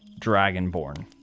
dragonborn